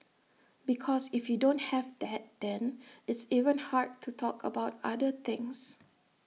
because if you don't have that then it's even hard to talk about other things